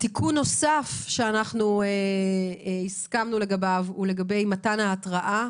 תיקון נוסף שאנחנו הסכמנו לגביו הוא לגבי מתן ההתרעה